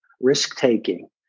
risk-taking